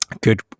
good